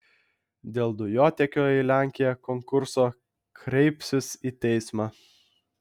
dėl dujotiekio į lenkiją konkurso kreipsis į teismą